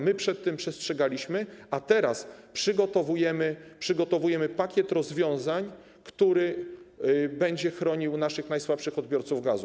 My przed tym przestrzegaliśmy, a teraz przygotowujemy pakiet rozwiązań, który będzie chronił naszych najsłabszych odbiorców gazu.